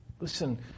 Listen